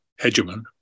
hegemon